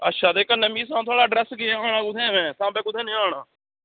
अच्छा ते कन्ने मिगी सनाओ थुआढ़ा अड्रेस कुत्थे औना कुत्थे में साम्बे कुत्थे जेहा आना